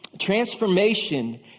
Transformation